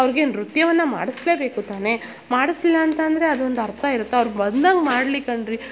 ಅವ್ರಿಗೆ ನೃತ್ಯವನ್ನು ಮಾಡಿಸಲೆಬೇಕು ತಾನೇ ಮಾಡಿಸಲಿಲ್ಲ ಅಂತಂದರೆ ಅದೊಂದು ಅರ್ಥ ಇರುತ್ತಾ ಅವ್ರ್ಗೆ ಬಂದಂಗೆ ಮಾಡಲಿ ಕಣ್ರಿ